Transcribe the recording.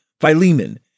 Philemon